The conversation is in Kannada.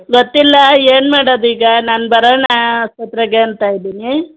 ಗೊತ್ತಿಲ್ಲ ಏನು ಮಾಡೋದ್ ಈಗ ನಾನು ಬರೋಣ ಆಸ್ಪತ್ರೆಗೆ ಅಂತ ಇದ್ದೀನಿ